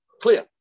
Clear